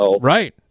right